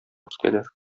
китәләр